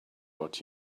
what